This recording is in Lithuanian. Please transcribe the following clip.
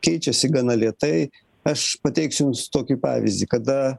keičiasi gana lėtai aš pateiksiu jums tokį pavyzdį kada